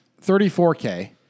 34k